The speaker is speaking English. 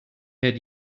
had